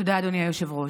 תודה, אדוני היושב-ראש.